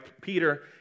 Peter